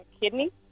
Kidney